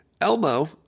Elmo